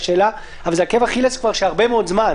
אבל זה עקב אכילס של הרבה מאוד זמן,